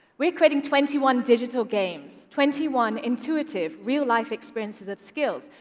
we're creating twenty one digital games, twenty one intuitive, real-life experiences of skills,